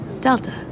Delta